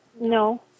No